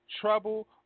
trouble